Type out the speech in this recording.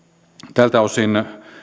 tältä osin